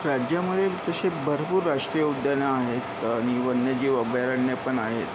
राज्यामध्ये तसे भरपूर राष्ट्रीय उद्यानं आहेत आणि वन्यजीव अभयारण्यं पण आहेत